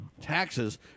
taxes